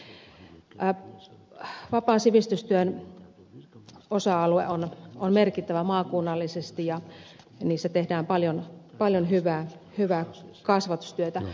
vapaan sivistystyön osa alue on merkittävä maakunnallisesti ja siinä tehdään paljon hyvää kasvatustyötä